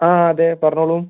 അ അതെ പറഞ്ഞോളൂ